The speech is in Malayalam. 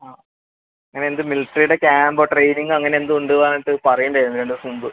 ആ അങ്ങനെ എന്തോ മിലിട്ടറിയുടെ ക്യാമ്പോ ട്രെയിനിംഗോ അങ്ങനെ എന്തോ ഉണ്ട് പറഞ്ഞിട്ട് പറയുന്നുണ്ടായിരുന്നു രണ്ട് ദിവസം മുൻപ്